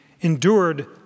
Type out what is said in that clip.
endured